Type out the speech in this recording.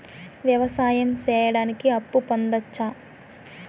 వ్యవసాయం సేయడానికి అప్పు పొందొచ్చా?